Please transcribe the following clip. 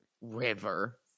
river